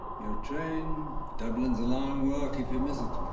you're train. dublin's a long walk if you miss it.